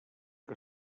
que